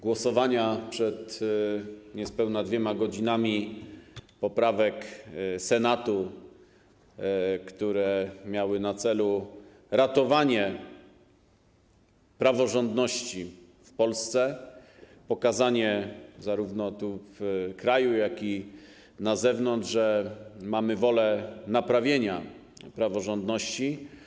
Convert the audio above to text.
Głosowania przed niespełna 2 godzinami nad poprawkami Senatu, które miały na celu ratowanie praworządności w Polsce, pokazanie zarówno tu, w kraju, jak i na zewnątrz, że mamy wolę naprawienia praworządności.